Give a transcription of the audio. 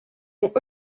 ont